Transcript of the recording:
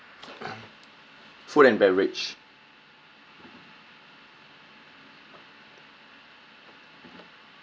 food and beverage